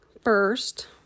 first